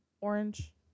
orange